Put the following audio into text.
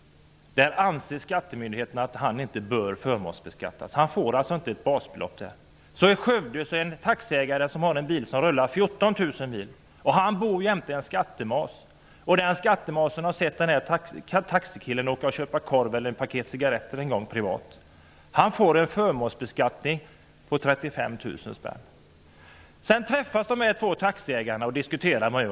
I det fallet anser skattemyndigheterna att denne person inte bör förmånsbeskattas. Hans bil värderas alltså inte ens till ett halvt basbelopp. I Skövde finns det en taxiägare som har en bil som rullar 14 000 mil per år. Denne taxiägare bor bredvid en skattemas. Skattemasen har sett taxiägaren privat åka och köpa korv eller ett paket cigaretter en gång. Denne taxiägare blir förmånsbeskattad med 35 000 kr. Därefter träffas de två taxiägarna och diskuterar detta.